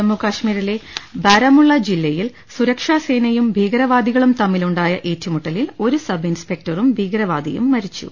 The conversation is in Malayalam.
ജമ്മു കശ്മീരിലെ ബാരമുള്ള ജില്ലയിൽ സുരക്ഷാ സേനയും ഭീകരവാദികളും തമ്മിലുണ്ടായ ഏറ്റുമുട്ടലിൽ ഒരു സബ് ഇൻസ്പെക്ടറും ഭീകരവാദിയും മരിച്ചു